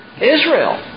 Israel